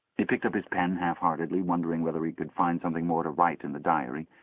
he picked up his pen half-heartedly, wondering whether he could find something more to write in the diary.